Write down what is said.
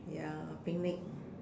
ya picnic